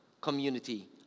community